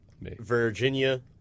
Virginia